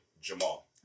Jamal